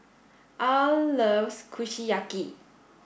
Al loves Kushiyaki